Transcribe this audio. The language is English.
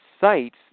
sites